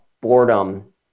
boredom